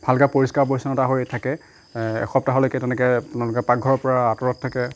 ভালকৈ পৰিষ্কাৰ পৰিচ্চন্নতা হৈ থাকে এসপ্তাহলৈকে তেনেকৈ পাকঘৰৰপৰা আঁতৰত থাকে